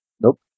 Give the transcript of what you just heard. Nope